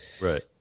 right